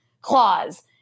clause